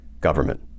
government